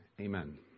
Amen